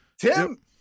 tim